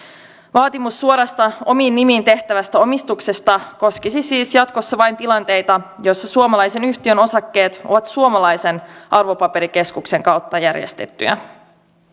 vaatimus suorasta omiin nimiin tehtävästä omistuksesta koskisi siis jatkossa vain tilanteita joissa suomalaisen yhtiön osakkeet ovat suomalaisen arvopaperikeskuksen kautta järjestettyjä